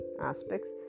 aspects